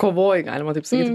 kovoj galima taip sakyt